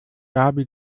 gaby